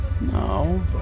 No